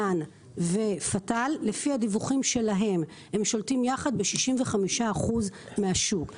דן ופתאל לפי הדיווחים שלהם יחד הם שולטים ב-65% מהשוק.